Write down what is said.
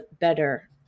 better